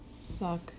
suck